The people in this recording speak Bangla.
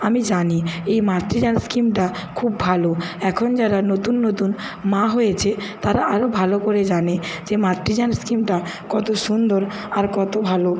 আমি জানি এই মাতৃযান স্কিমটা খুব ভালো এখন যারা নতুন নতুন মা হয়েছে তারা আরও ভালো করে জানে যে মাতৃযান স্কিমটা কতো সুন্দর আর কত ভালো